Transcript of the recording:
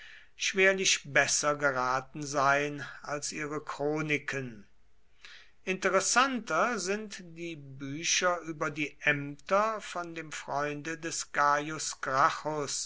schwerlich besser geraten sein als ihre chroniken interessanter sind die bücher über die ämter von dem freunde des